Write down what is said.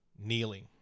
kneeling